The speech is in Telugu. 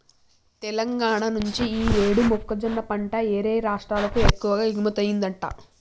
తెలంగాణా నుంచి యీ యేడు మొక్కజొన్న పంట యేరే రాష్టాలకు ఎక్కువగా ఎగుమతయ్యిందంట